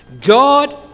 God